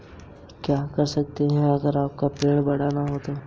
आप पैसे का उपयोग कैसे करेंगे?